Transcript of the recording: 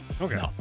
Okay